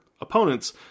opponents